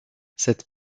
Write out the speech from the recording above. cette